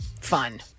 fun